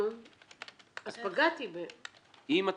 אם את